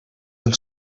del